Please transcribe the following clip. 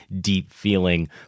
deep-feeling